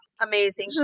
Amazing